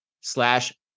slash